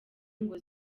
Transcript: ngo